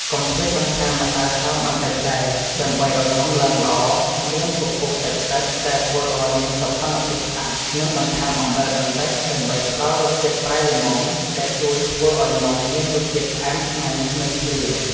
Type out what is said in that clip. កុំភ្លេចបន្ថែមម្សៅហើមបន្តិចដែរ ដើម្បីឱ្យនំឡើងល្អ មានពពុះតិចៗដែលធ្វើឱ្យមានសោភ័ណភាពស្អាត និងបន្ថែមអំបិលបន្តិច ដើម្បីផ្តល់រសជាតិប្រៃល្មម ដែលជួយធ្វើឱ្យនំមានរសជាតិផ្អែមឆ្ងាញ់ មិនភ្លាវ។